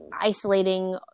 isolating